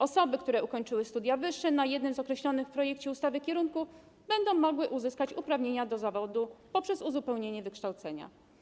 Osoby, które ukończyły studia wyższe na jednym z określonych w projekcie ustawie kierunków, będą mogły uzyskać uprawnienia do zawodu poprzez uzupełnienie wykształcenia.